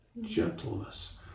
Gentleness